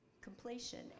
completion